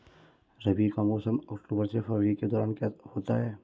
रबी का मौसम अक्टूबर से फरवरी के दौरान होता है